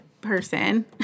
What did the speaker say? person